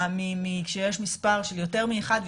כשיש מספר של יותר מאחד,